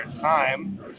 time